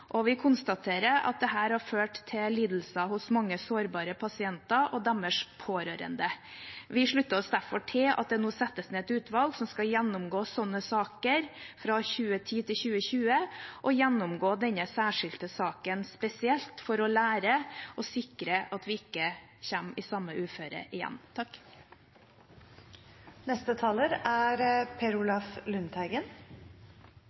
og vi konstaterer at dette har ført til lidelser hos mange sårbare pasienter og deres pårørende. Vi slutter oss derfor til at det nå settes ned et utvalg som skal gjennomgå sånne saker fra 2010 til 2020, og gjennomgå denne særskilte saken spesielt for å lære og sikre at vi ikke kommer i samme uføre igjen.